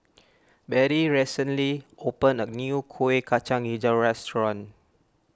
Bettie recently opened a new Kuih Kacang HiJau restaurant